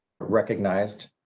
recognized